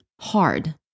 hard